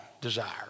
desire